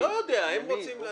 למי שכותב את הסעיף.